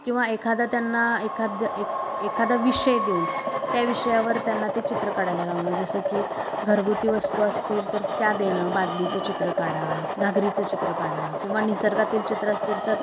किंवा एखादा त्यांना एखाद्या ए एखादा विषय देऊन त्या विषयावर त्यांना ते चित्र काढायला लावणं जसं की घरगुती वस्तू असतील तर त्या देणं बादलीचं चित्र काढा घाघरीचं चित्र काढा किंवा निसर्गातील चित्र असतील तर